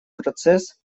процесс